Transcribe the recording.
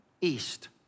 east